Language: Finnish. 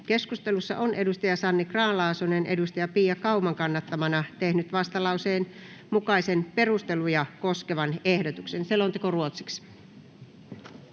Keskustelussa on Sanni Grahn-Laasonen Pia Kauman kannattamana tehnyt vastalauseen mukaisen perusteluja koskevan ehdotuksen. Ainoaan